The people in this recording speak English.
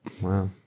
Wow